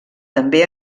també